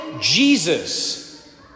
Jesus